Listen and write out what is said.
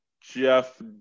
Jeff